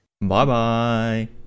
Bye-bye